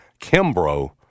Kimbrough